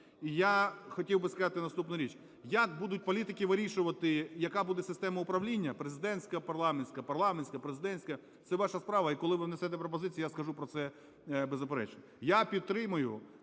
І я хотів би сказати наступну річ. Як будуть політики вирішувати, яка буде система управління: президентсько-парламентська, парламентська, президентська, - це ваша справа, і коли ви внесете пропозиції, я скажу про це без заперечень. Я підтримую,